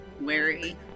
wary